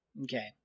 Okay